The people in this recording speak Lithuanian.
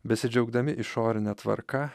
besidžiaugdami išorine tvarka